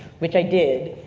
which i did,